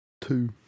Two